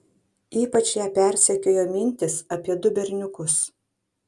ypač ją persekiojo mintys apie du berniukus